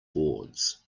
boards